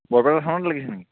Barpeta লাগিছেনি